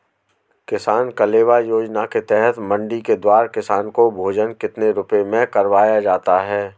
किसान कलेवा योजना के तहत मंडी के द्वारा किसान को भोजन कितने रुपए में करवाया जाता है?